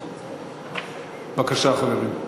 בבקשה, חברים.